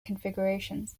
configurations